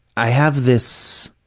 i have this,